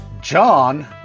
John